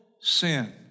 sin